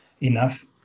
enough